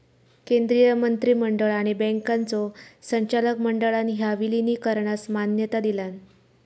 केंद्रीय मंत्रिमंडळ आणि बँकांच्यो संचालक मंडळान ह्या विलीनीकरणास मान्यता दिलान